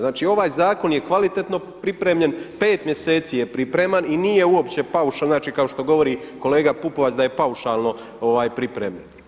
Znači ovaj zakon je kvalitetno pripremljen, 5 mjeseci je pripreman i nije uopće paušalno, kao što govori kolega Pupovac da je paušalno pripremljen.